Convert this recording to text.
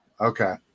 okay